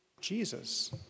Jesus